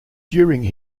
during